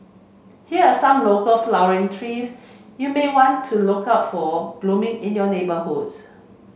here are some local flowering trees you may want to look out for blooming in your neighbourhoods